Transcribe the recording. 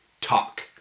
talk